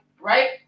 right